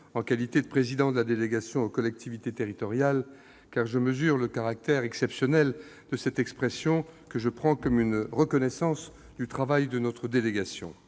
en qualité de président de la délégation aux collectivités territoriales. Je mesure le caractère exceptionnel de cette prise de parole, que je prends comme une reconnaissance du travail de notre délégation,